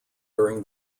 during